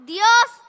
Dios